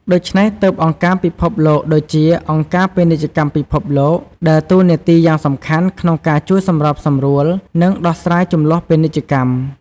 ដូច្នេះទើបអង្គការពិភពលោកដូចជា អង្គការពាណិជ្ជកម្មពិភពលោក ដើរតួនាទីយ៉ាងសំខាន់ក្នុងការជួយសម្របសម្រួល និងដោះស្រាយជម្លោះពាណិជ្ជកម្ម។